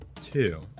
two